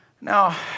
Now